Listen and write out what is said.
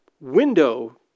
window